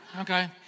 Okay